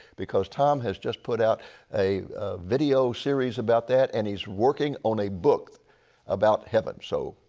because tom has just put out a video series about that and he working on a book about heaven. so,